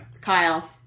Kyle